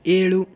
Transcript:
ಏಳು